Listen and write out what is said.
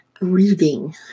reading